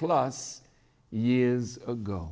plus years ago